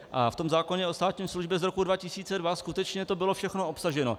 A v zákoně o státní službě z roku 2002 skutečně to bylo všechno obsaženo.